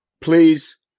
please